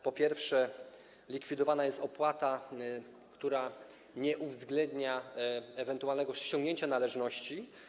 Po pierwsze, likwidowana jest opłata, która nie uwzględnia ewentualnego ściągnięcia należności.